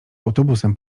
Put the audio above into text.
autobusem